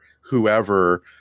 whoever